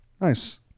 Nice